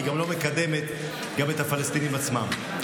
כי היא גם לא מקדמת את הפלסטינים עצמם.